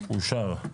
הצבעה אושר.